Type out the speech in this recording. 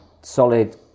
solid